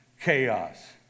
chaos